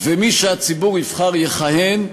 ומי שהציבור יבחר יכהן,